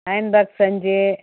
iron box அஞ்சு